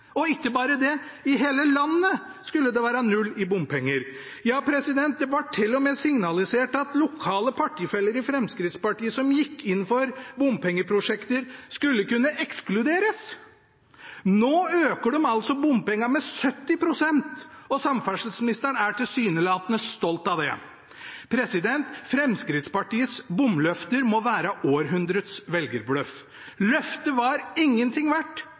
Og ikke bare det – i hele landet skulle det være null i bompenger. Ja, det ble til og med signalisert at lokale partifeller i Fremskrittspartiet som gikk inn for bompengeprosjekter, skulle kunne ekskluderes. Nå øker de altså bompengene med 70 pst., og samferdselsministeren er tilsynelatende stolt av det. Fremskrittspartiets bomløfter må være århundrets velgerbløff. Løftet var ingenting verdt,